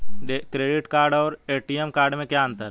Credit card और ATM card में क्या अंतर है?